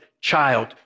child